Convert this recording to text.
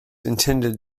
intended